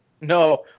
No